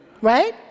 right